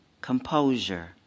composure